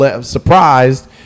surprised